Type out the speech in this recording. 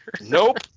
Nope